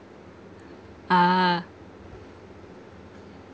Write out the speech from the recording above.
ah